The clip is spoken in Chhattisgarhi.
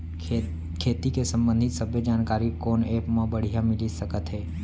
खेती के संबंधित सब्बे जानकारी कोन एप मा बढ़िया मिलिस सकत हे?